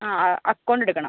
ആ അക്കൗണ്ട് എടുക്കണം